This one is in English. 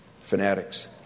fanatics